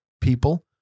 people